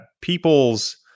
people's